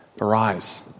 arise